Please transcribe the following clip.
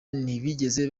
ntibigeze